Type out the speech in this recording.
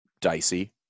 dicey